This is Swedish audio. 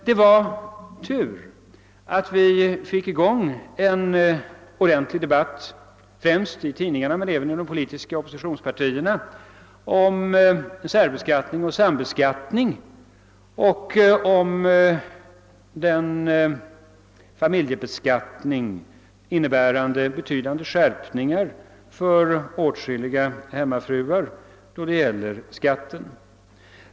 Det var tur att vi fick i gång en ordentlig debatt, främst i tidningarna men även inom de politiska oppositionspartierna, om särbeskattning och sambeskattning samt om den familjebeskattning som innebär betydande skärpningar för åtskilliga hemmafruar då det gäller skatten.